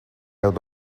out